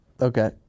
Okay